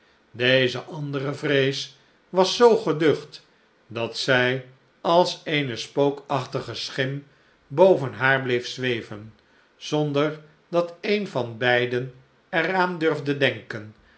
deze andere vrees was zoo geducht dat zij als eene spookachtige schim boven haar bleef zweven zonder dat een van beiden er aan durfde denken